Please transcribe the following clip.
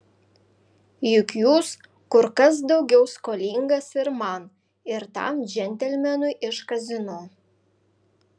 juk jūs kur kas daugiau skolingas ir man ir tam džentelmenui iš kazino